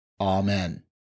Amen